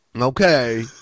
Okay